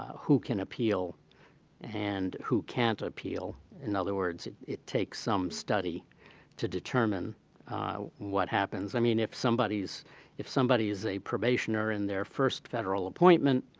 who can appeal and who can't appeal. in other words, it takes some study to determine what happens. i mean, if somebody's if somebody's a probationary in their first federal appointment,